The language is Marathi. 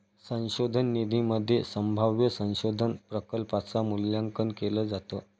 संशोधन निधीमध्ये संभाव्य संशोधन प्रकल्पांच मूल्यांकन केलं जातं